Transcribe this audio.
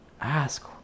ask